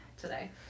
today